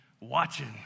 watching